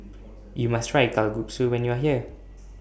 YOU must Try Kalguksu when YOU Are here